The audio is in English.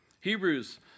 Hebrews